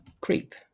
creep